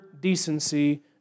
decency